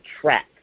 track